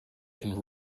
can